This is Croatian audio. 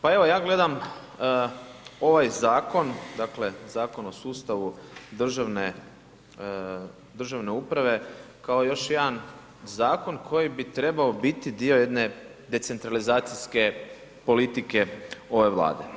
Pa evo ja gledam ovaj Zakon, dakle Zakon o sustavu državne uprave kao još jedan Zakon koji bi trebao biti dio jedne decentralizacijske politike ove Vlade.